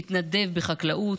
מתנדב בחקלאות,